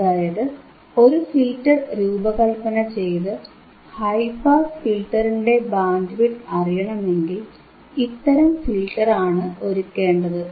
അതായത് ഒരു ഫിൽറ്റർ രൂപകല്പന ചെയ്ത് ഹൈ പാസ് ഫിൽറ്ററിന്റെ ബാൻഡ് വിഡ്ത് അറിയണമെങ്കിൽ ഇത്തരം ഫിൽറ്ററാണ് ഒരുക്കേണ്ടത്